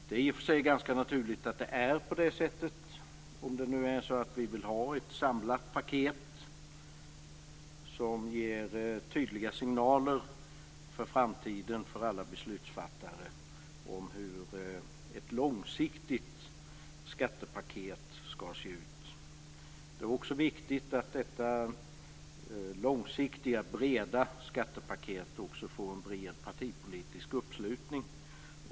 Det är i och för sig ganska naturligt att det är på det sättet, om vi nu vill ha ett samlat långsiktigt skattepaket som ger tydliga signaler inför framtiden för alla beslutsfattare. Det är också viktigt att detta långsiktiga, breda skattepaket får en bred partipolitisk uppslutning.